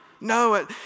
No